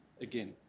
again